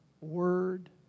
Word